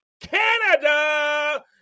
canada